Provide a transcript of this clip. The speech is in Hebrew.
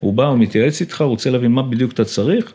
הוא בא, הוא מתייעץ איתך, הוא רוצה להבין מה בדיוק אתה צריך?